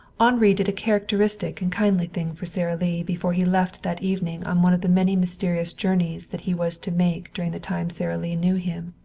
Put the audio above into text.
henri did a characteristic and kindly thing for sara lee before he left that evening on one of the many mysterious journeys that he was to make during the time sara lee knew him.